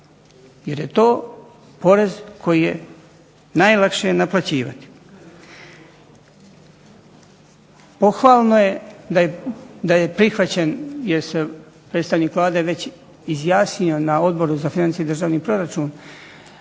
jer je to porez koji je najlakše naplaćivati. Pohvalno je da je prihvaćen jer se predstavnik Vlade izjasnio već na Odboru za financije i državni proračun,